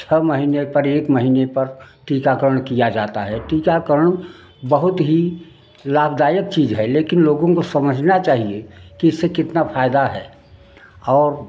छह महीने पर एक महीने पर टीकाकरण किया जाता है टीकाकरण बहुत ही लाभदायक चीज है लेकिन लोगों को समझना चाहिए कि इससे कितना फायदा है और